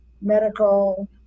medical